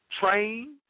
trained